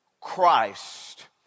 Christ